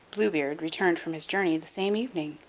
blue beard returned from his journey the same evening,